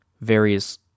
various